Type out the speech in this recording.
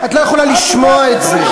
את לא יכולה לשמוע את זה.